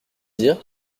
dire